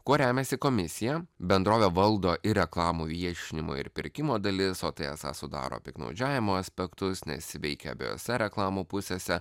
kuo remiasi komisija bendrovė valdo ir reklamų viešinimo ir pirkimo dalis o tai esą sudaro piktnaudžiavimo aspektus nes ji veikia abiejose reklamų pusėse